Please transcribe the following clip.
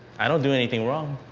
i don't do anything wrong.